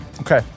Okay